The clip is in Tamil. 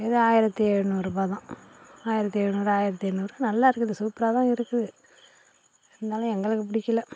இது ஆயிரத்தி எழுநூறு ரூபாய் தான் ஆயிரத்தி எழுநூறு ஆயிரத்தி எண்ணூறு நல்லா தான் இருந்தது சூப்பராக தான் இருக்குது இருந்தாலும் எங்களுக்கு பிடிக்கல